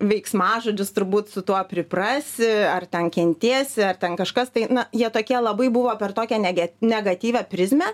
veiksmažodžius turbūt su tuo priprasi ar ten kentėsi ar ten kažkas tai na jie tokie labai buvo per tokią negi negatyvią prizmę